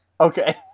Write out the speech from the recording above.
okay